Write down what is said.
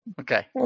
Okay